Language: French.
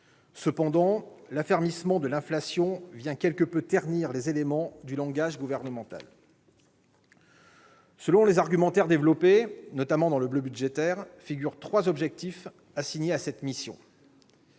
Cependant, l'affermissement de l'inflation vient quelque peu ternir les éléments de langage gouvernementaux. Selon les argumentaires développés, notamment dans le bleu budgétaire, trois objectifs sont assignés à la mission